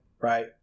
Right